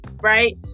right